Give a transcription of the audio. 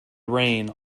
rain